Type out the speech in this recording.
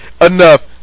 enough